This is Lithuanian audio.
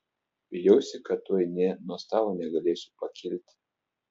bijausi kad tuoj nė nuo stalo negalėsiu pakilti